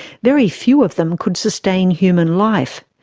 very few of them could sustain human life.